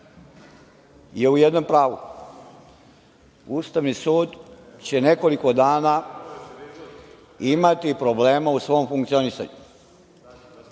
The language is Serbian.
je u jednom u pravu, Ustavni sud će nekoliko dana imati problema u svom funkcionisanju.